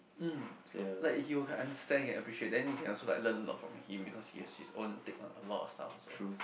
mm like he would had understand and appreciate then he can also like learn a lot from him because he has his own take on a lot of stuff also